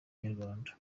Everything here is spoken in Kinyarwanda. inyarwanda